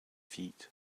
feet